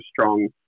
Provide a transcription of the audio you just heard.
strong